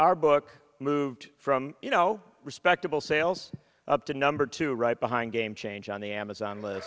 our book moved from you know respectable sales up to number two right behind game change on the amazon